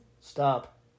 Stop